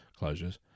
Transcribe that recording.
closures